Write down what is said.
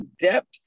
depth